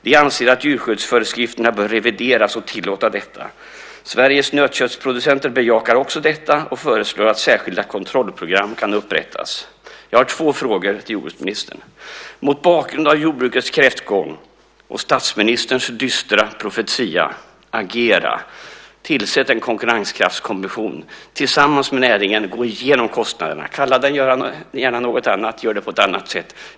Vi anser att djurskyddsföreskrifterna bör revideras och tillåta detta. Sveriges nötköttsproducenter bejakar också detta och föreslår att särskilda kontrollprogram kan upprättas. Jag har två frågor till jordbruksministern. Mot bakgrund av jordbrukets kräftgång och statsministerns dystra profetia vill jag uppmana jordbruksministern att agera. Tillsätt en konkurrenskraftskommission tillsammans med näringen och gå igenom kostnaderna. Kalla den gärna något annat eller gör det på ett annat sätt.